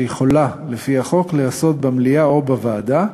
שיכולה לפי החוק להיעשות במליאה או בוועדה.